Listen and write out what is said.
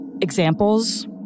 examples